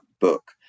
book